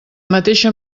mateixa